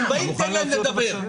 הם באים תן להם לדבר.